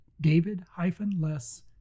david-less